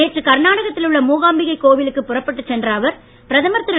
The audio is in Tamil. நேற்று கர்நாடகத்தில் உள்ள மூகாம்பிகை கோவிலுக்குப் புறப்பட்டுச் சென்ற அவர் பிரதமர் திரு